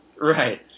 Right